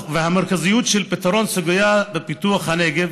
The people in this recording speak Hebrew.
והמרכזיות של פתרון סוגיה בפיתוח הנגב,